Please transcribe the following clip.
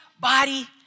body